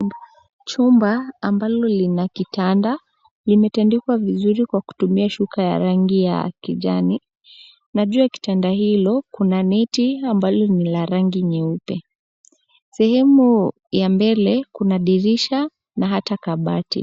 Chumba ambalo lina kitanda limetandikwa vizuri kwa kutumia shuka ya rangi ya kijani. Na juu ya kitanda hilo, kuna neti ambalo ni la rangi nyeupe. Sehemu ya mbele kuna dirisha na hata kabati.